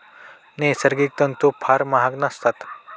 नैसर्गिक तंतू फार महाग नसतात